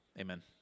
Amen